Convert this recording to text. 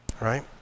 Right